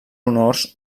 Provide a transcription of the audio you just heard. honors